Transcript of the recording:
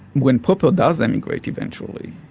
when popper does emigrate eventually,